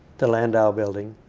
the landau building,